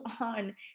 on